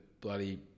bloody